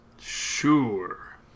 Sure